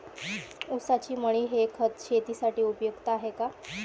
ऊसाची मळी हे खत शेतीसाठी उपयुक्त आहे का?